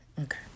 okay